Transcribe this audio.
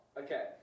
okay